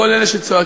לכל אלה שצועקים: